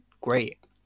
great